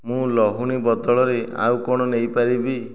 ମୁଁ ଲହୁଣୀ ବଦଳରେ ଆଉ କ'ଣ ନେଇପାରିବି